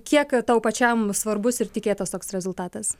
kiek tau pačiam svarbus ir tikėtas toks rezultatas